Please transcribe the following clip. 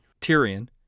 Tyrion